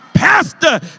Pastor